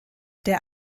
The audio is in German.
der